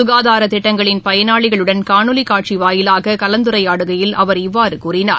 சுகாதார திட்டங்களின் பயனாளிகளுடன் காணொலி காட்சி வாயிவாக கலந்துரையாடுகையில் அவர் இவ்வாறு கூறினார்